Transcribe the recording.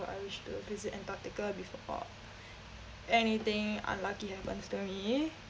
I wish to visit antarctica before anything unlucky happens to me